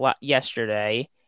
yesterday